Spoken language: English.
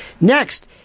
Next